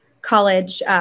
college